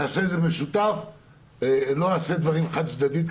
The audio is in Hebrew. לא נעשה דברים חד צדדיים,